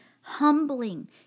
humbling